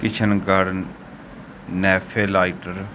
ਕਿਸ਼ਨ ਕਾਰਨ ਨੈਫਿਲ ਲਾਈਟਰ